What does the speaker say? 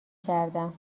کردم